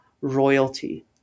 royalty